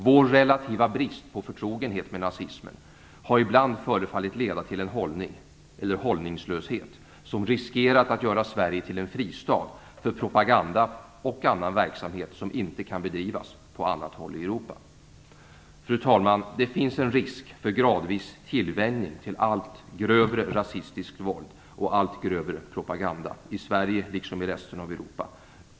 Vår relativa brist på förtrogenhet med nazismen har ibland förefallit leda till en hållning - eller hållningslöshet - som riskerat att göra Sverige till en fristad för propaganda och annan verksamhet som inte kan bedrivas på annat håll i Europa. Fru talman! Det finns en risk för gradvis tillvänjning till allt grövre rasistiskt våld och allt grövre propaganda, i Sverige liksom i resten av Europa.